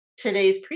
today's